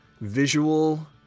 visual